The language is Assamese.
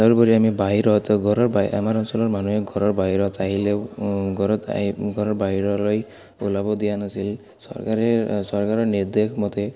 তাৰোপৰি আমি বাহিৰত ঘৰৰ ব আমাৰ অঞ্চলৰ মানুহে ঘৰৰ বাহিৰত আহিলেও ঘৰত আহ ঘৰৰ বাহিৰলৈ ওলাব দিয়া নাছিল চৰকাৰে চৰকাৰৰ নিৰ্দেশ মতে